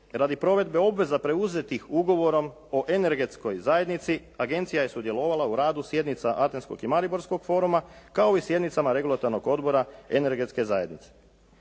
Radi provedbe obveza preuzetih Ugovora o energetskoj zajednici agencija je sudjelovala u radu sjednica Atenskog i Mariborskog foruma kao i sjednicama Regulatornog odbora energetske zajednice.